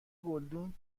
گلدون